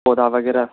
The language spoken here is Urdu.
پودھا وغیرہ